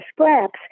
scraps